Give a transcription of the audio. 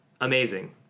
amazing